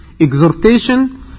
exhortation